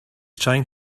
trying